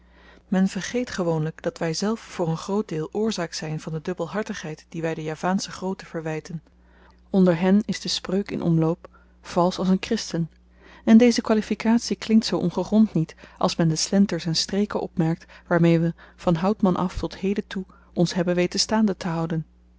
men vergeet gewoonlyk dat wyzelf voor n groot deel oorzaak zyn van de dubbelhartigheid die wy de javaansche grooten verwyten onder hen is de spreuk in omloop valsch als n christen en deze kwalifikatie klinkt zoo ongegrond niet als men de slenters en streken opmerkt waarmee we van houtman af tot heden toe ons hebben weten staande te houden